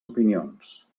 opinions